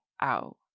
out